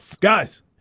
guys